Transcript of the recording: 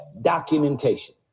documentation